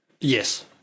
Yes